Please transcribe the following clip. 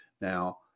Now